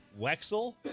wexel